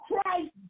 christ